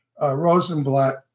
Rosenblatt